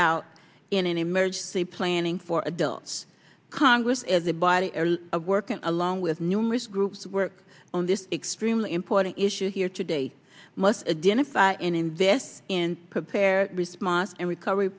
out in an emergency planning for adults congress as a body of work and along with numerous groups work on this extremely important issue here today must again if i invest in prepare response and recovery